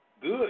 good